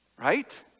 Right